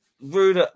Rude